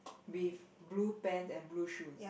with blue pants and blue shoes